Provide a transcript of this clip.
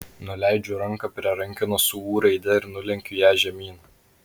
nuleidžiu ranką prie rankenos su ū raide ir nulenkiu ją žemyn